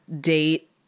date